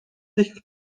tych